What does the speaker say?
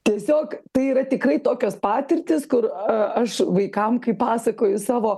tiesiog tai yra tikrai tokios patirtys kur aš vaikam kaip pasakoju savo